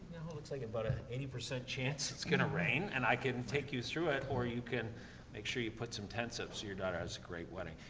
it looks like about a eighty percent chance it's gonna rain. and i can take you through it, or you can make sure you put some tents up so your daughter has a great wedding.